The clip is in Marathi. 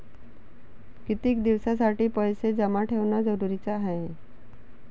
कितीक दिसासाठी पैसे जमा ठेवणं जरुरीच हाय?